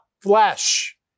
flesh